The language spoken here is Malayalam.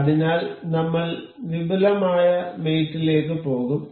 അതിനാൽ നമ്മൾ വിപുലമായ മേറ്റ് ലേക്ക് പോകും